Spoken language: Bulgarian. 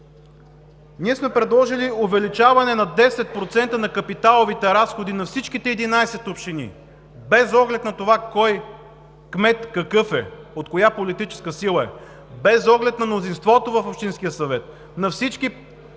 Ние сме предложили увеличаване на 10% на капиталовите разходи на всичките 11 общини – без оглед на това кой кмет какъв е, от коя политическа сила е, без оглед на мнозинството в общинския съвет на всички